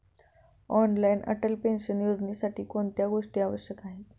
Online Atal pension योजनेसाठी कोणत्या गोष्टी आवश्यक आहेत?